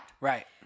Right